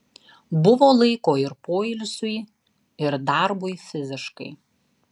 buvo laiko ir poilsiui ir darbui fiziškai